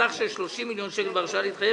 סך של 30 מיליון שקל בהרשאה להתחייב